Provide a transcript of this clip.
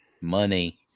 money